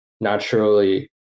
naturally